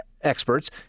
experts